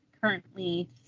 currently